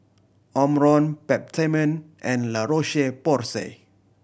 Omron Peptamen and La Roche Porsay